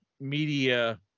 media